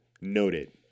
Noted